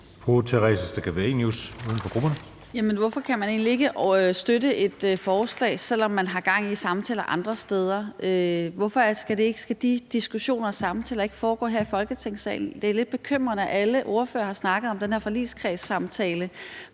Hvorfor kan man egentlig ikke støtte et forslag, selv om man har gang i samtaler andre steder? Hvorfor skal de diskussioner og samtaler ikke foregå her i Folketingssalen? Det er lidt bekymrende, at alle ordførere har snakket om den her forligskredssamtale,